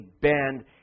bend